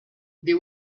then